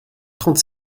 trente